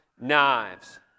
knives